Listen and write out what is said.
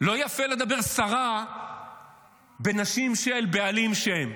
לא יפה לדבר סרה בנשים של בעלים שהם,